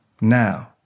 Now